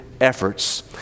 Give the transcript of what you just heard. efforts